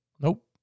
Nope